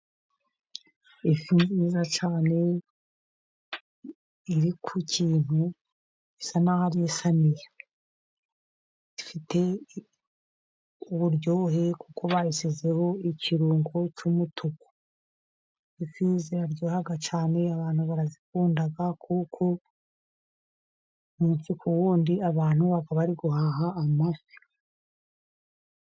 Ifi nziza cyane iri ku kintu, isa n'aho ari isaniye. Ifite uburyohe, kuko bayishyizeho ikirungo cy'umutuku. Ifi ziraryoha cyane, abantu barazikunda, kuko umunsi ku undu, abantu baba bari guhaha amafi.